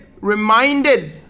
reminded